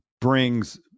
brings